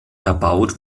erbaut